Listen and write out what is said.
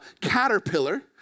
caterpillar